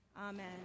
Amen